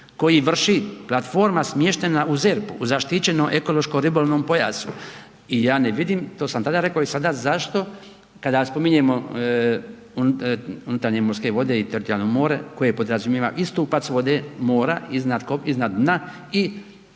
koji vrši platforma smještena u ZERP-u, zaštićenom ekološko-ribolovnom pojasu i ja ne vidim, to sam tada rekao i sada, zašto kada spominjemo unutarnje morske vode i teritorijalno more koje podrazumijeva istu … vode mora iznad dna i